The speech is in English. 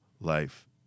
life